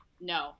no